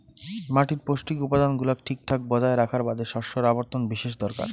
মাটির পৌষ্টিক উপাদান গুলাক ঠিকঠাক বজায় রাখার বাদে শস্যর আবর্তন বিশেষ দরকার